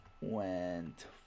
went